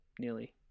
nearly